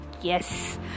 yes